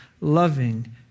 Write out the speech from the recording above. loving